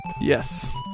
Yes